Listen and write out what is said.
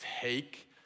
take